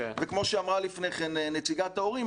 וכמו שאמרה לפני כן נציגת ההורים,